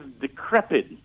decrepit